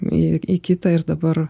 į į kitą ir dabar